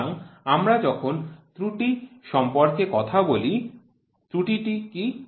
সুতরাং আমরা যখন ত্রুটি সম্পর্কে কথা বলি ত্রুটিটি কী